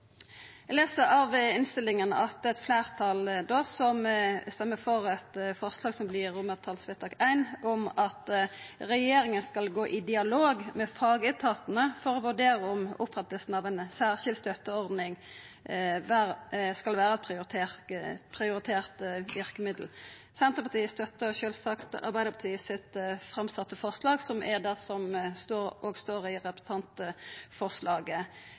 Eg les av innstillinga at det er eit fleirtal som røyster for forslag til vedtak I, om at regjeringa skal gå i dialog med fagetatane for å vurdera om opprettinga av ei særskilt støtteordning skal vera eit prioritert verkemiddel. Senterpartiet støttar sjølvsagt Arbeidarpartiet sitt framsette forslag, som er det som òg står i representantforslaget.